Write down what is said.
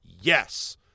yes